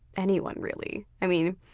anyone, really. i mean,